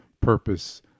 purpose